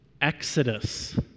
Exodus